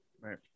Right